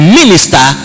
minister